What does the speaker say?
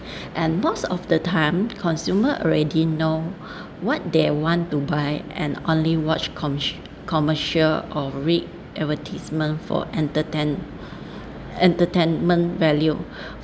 and most of the time consumer already know what they want to buy and only watch comm~ commercial or read advertisements for entertain entertainment value